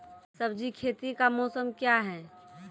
सब्जी खेती का मौसम क्या हैं?